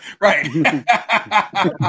right